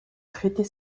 traiter